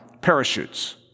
parachutes